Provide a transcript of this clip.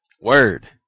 Word